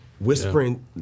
Whispering